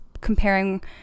comparing